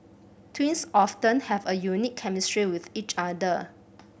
twins often have a unique chemistry with each other